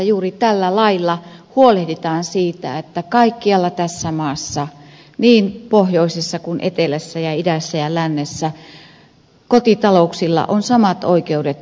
juuri tällä lailla huolehditaan siitä että kaikkialla tässä maassa niin pohjoisessa kuin etelässä idässä ja lännessä kotitalouksilla on samat oikeudet